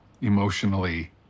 emotionally